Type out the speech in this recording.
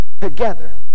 together